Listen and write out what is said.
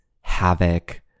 havoc